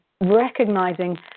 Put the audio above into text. recognizing